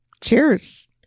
Cheers